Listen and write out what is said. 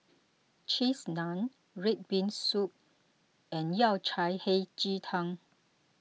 Cheese Naan Red Bean Soup and Yao Cai Hei Ji Tang